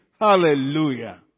Hallelujah